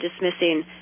dismissing